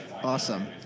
Awesome